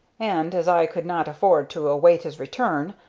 and, as i could not afford to await his return,